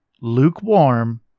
Lukewarm